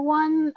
one